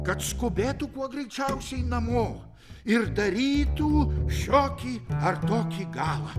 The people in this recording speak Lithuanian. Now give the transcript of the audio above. kad skubėtų kuo greičiausiai namo ir darytų šiokį ar tokį galą